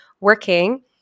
working